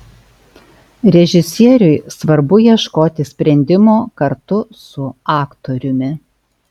režisieriui svarbu ieškoti sprendimo kartu su aktoriumi